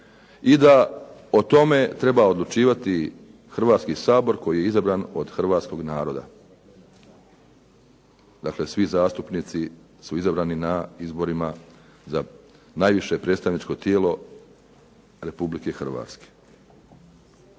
i da o tome treba odlučivati Hrvatski sabor koji je izabran od hrvatskog naroda. Dakle svi zastupnici su izabrani na izborima za najviše predstavničko tijelo Republike Hrvatske.